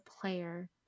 player